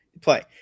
Play